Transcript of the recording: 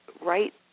right